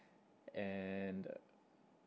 and